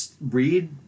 read